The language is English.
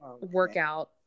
workout